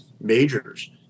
majors